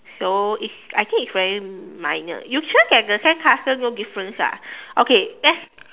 so it's I think it's very minor you sure that the sandcastle no difference ah okay let's